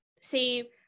say